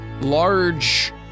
large